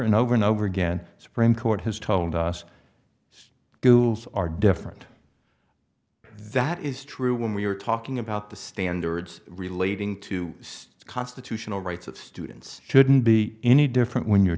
and over and over again supreme court has told us it's ghouls are different that is true when we are talking about the standards relating to constitutional rights of students shouldn't be any different when you're